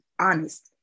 honest